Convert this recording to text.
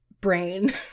brain